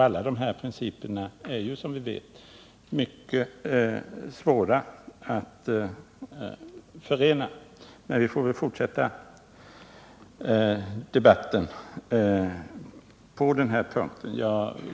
Alla dessa principer är som vi vet mycket svåra att förena. Men vi får väl fortsätta debatten på den här punkten.